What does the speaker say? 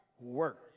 work